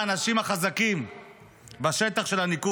כחבר ליכוד בכיר ואחד מהאנשים החזקים בשטח של הליכוד,